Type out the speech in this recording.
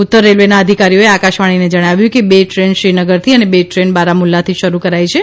ઉત્તર રેલ્વેના અધિકારીએ આકાશવાણીને જણાવ્યુ કે બે ટ્રેન શ્રીનગરથી અને બે ટ્રેન બારામુલ્લાથી શરૂ કરાઇ છે